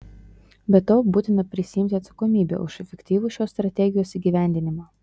be to būtina prisiimti atsakomybę už efektyvų šios strategijos įgyvendinimą